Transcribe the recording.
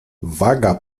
waga